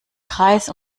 kreis